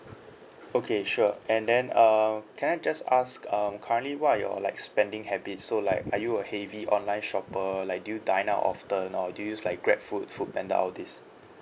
okay sure and then uh can I just ask um currently what are your like spending habits so like are you a heavy online shopper like you do dine out often or do you use like Grabfood Foodpanda all these